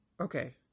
okay